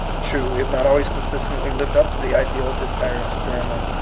true, we have not always consistently lived up to the ideal of this higher experiment.